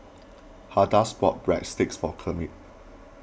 Hadassah bought Breadsticks for Kermit